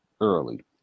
early